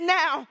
now